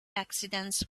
accidents